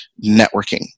networking